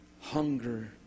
hunger